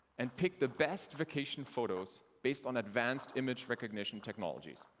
and pick the best vacation photos based on advanced image recognition technologies.